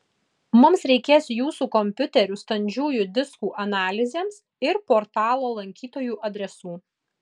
mums reikės jūsų kompiuterių standžiųjų diskų analizėms ir portalo lankytojų adresų